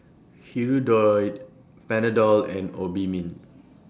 Hirudoid Panadol and Obimin